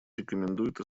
рекомендует